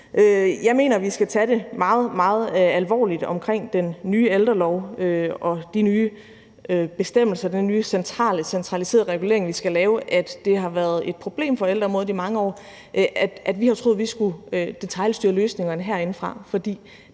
Jeg mener, at vi skal tage det meget, meget alvorligt i forhold til den nye ældrelov og de nye bestemmelser – den nye centraliserede regulering, vi skal lave – at det har været et problem for ældreområdet i mange år, at vi har troet, at vi skulle detailstyre løsningerne herindefra, for